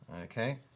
Okay